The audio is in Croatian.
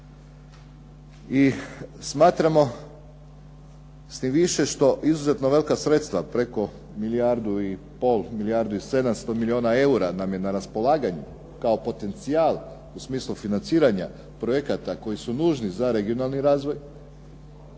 I smatramo s tim više što izuzetno velika sredstva preko milijardu i pol, milijardu i 700 milijuna eura nam je na raspolaganju kao potencijal u smislu financiranja projekata koji su nužni za regionalni razvoj,